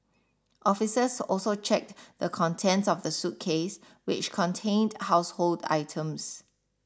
officers also checked the contents of the suitcase which contained household items